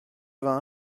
vingt